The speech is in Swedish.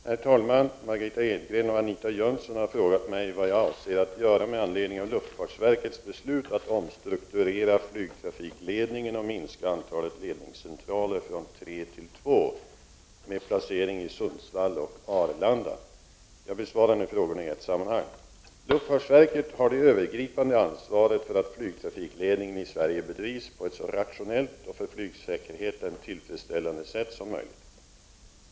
Herr talman! Margitta Edgren och Anita Jönsson har frågat mig vad jag avser att göra med anledning av luftfartsverkets beslut att omstrukturera flygtrafikledningen och minska antalet ledningscentraler från tre till två, med placering i Sundsvall och Arlanda. Jag besvarar nu frågorna i ett sammanhang. Luftfartsverket har det övergripande ansvaret för att flygtrafikledningen i Sverige bedrivs på ett så rationellt och för flygsäkerheten tillfredsställande sätt som möjligt.